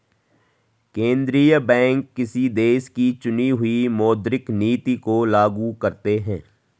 केंद्रीय बैंक किसी देश की चुनी हुई मौद्रिक नीति को लागू करते हैं